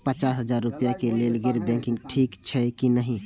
पचास हजार रुपए के लेल गैर बैंकिंग ठिक छै कि नहिं?